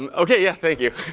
um ok, yeah, thank you.